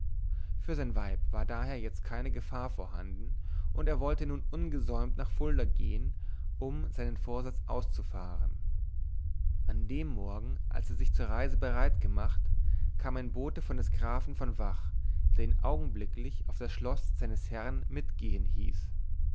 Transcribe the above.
für sein weib war daher jetzt keine gefahr vorhanden und er wollte nun ungesäumt nach fulda gehen um seinen vorsatz auszufahren an dem morgen als er sich zur reise bereit gemacht kam ein bote von dem grafen von vach der ihn augenblicklich auf das schloß seines herrn mitgehen hieß